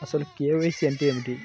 అసలు కే.వై.సి అంటే ఏమిటి?